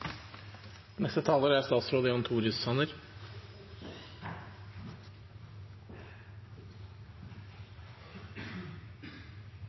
neste taler er